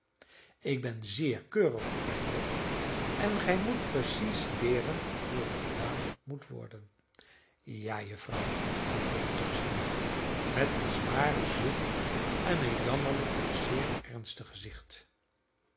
ik ben zeer keurig op mijn bed en gij moet precies leeren hoe het gedaan moet worden ja juffrouw antwoordde topsy nu met een zwaren zucht en een jammerlijk doch zeer ernstig gezicht